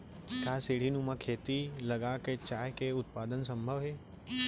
का सीढ़ीनुमा खेती लगा के चाय के उत्पादन सम्भव हे?